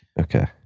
Okay